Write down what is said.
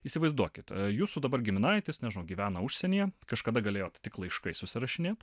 įsivaizduokite jūsų dabar giminaitis nežinau gyvena užsienyje kažkada galėjot tik laiškais susirašinėt